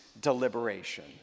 deliberation